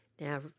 Now